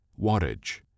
Wattage